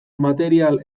material